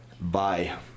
bye